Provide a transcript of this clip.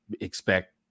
expect